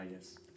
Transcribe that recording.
yes